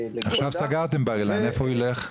עכשיו סגרתם את בר אילן, לאיפה הוא יילך?